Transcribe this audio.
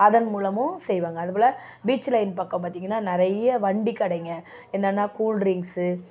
அதன் மூலமும் செய்வாங்க அது போல் பீச் லைன் பக்கம் பார்த்தீங்கன்னா நிறைய வண்டிக் கடைங்க என்னென்னா கூல்ட்ரிங்ஸு